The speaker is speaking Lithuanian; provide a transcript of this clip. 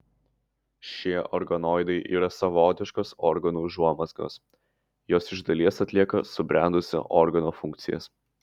šie organoidai yra savotiškos organų užuomazgos jos iš dalies atlieka subrendusio organo funkcijas